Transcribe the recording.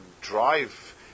drive